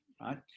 right